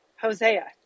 Hosea